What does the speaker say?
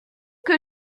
que